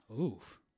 Oof